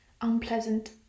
unpleasant